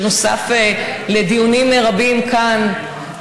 שנוסף לדיונים רבים כאן,